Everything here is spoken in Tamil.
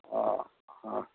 ஆ ஆ